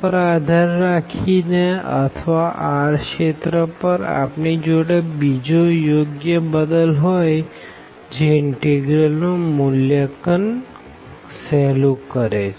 પર આધાર રાખીને અથવા r રીજિયન પર આપણી જોડે બીજો યોગ્ય બદલ હોઈજે ઇનટેગરલ નું મૂલ્યાંકન સહેલું કરે છે